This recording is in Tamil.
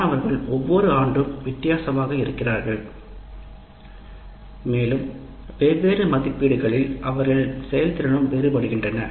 மாணவர்கள் ஒவ்வொரு ஆண்டும் வித்தியாசமாக இருக்கிறார்கள் மேலும் வெவ்வேறு மதிப்பீடுகளில் அவர்களின் செயல்திறனும் வேறுபடுகின்றன